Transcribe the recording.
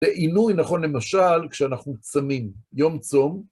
בעינוי, נכון, למשל, כשאנחנו צמים, יום צום..